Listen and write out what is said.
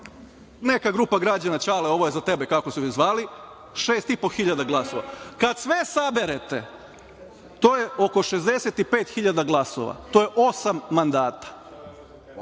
neku grupu građana "Ćale ovo je za tebe", kako su se zvali - šest i po hiljada glasova. Kad sve saberete, to je oko 65 hiljada glasova. To je osam mandata.